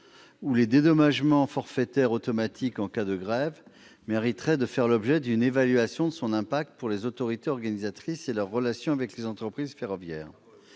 ou les dédommagements forfaitaires automatiques en cas de grève, mériterait de faire l'objet d'une évaluation de son impact pour les autorités organisatrices et leurs relations avec les entreprises ferroviaires.